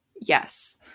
Yes